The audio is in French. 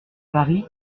paris